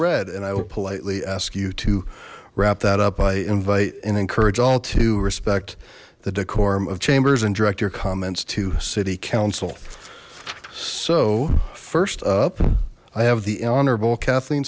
red and i will politely ask you to wrap that up i invite and encourage all to respect the decorum of chambers and direct your comments to city council so first up i have the honorable kathleen